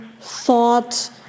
thought